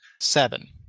Seven